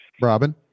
Robin